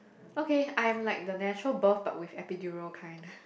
okay I'm like the natural birth but with epidural kind